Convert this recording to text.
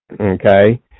Okay